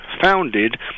founded